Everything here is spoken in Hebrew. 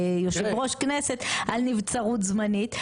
ליושב-ראש כנסת על נבצרות זמנית,